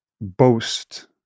boast